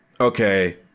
Okay